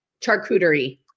Charcuterie